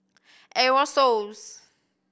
Aerosoles